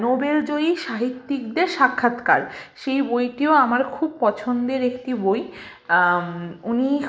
Nobel জয়ী সাহিত্যিকদের সাক্ষাৎকার সেই বইটিও আমার খুব পছন্দের একটি বই উনি